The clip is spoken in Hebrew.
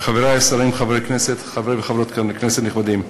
חברי השרים, חברי הכנסת, חברי וחברות כנסת נכבדים,